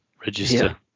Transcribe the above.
register